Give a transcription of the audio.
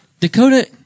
Dakota